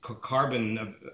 carbon